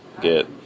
get